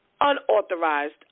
unauthorized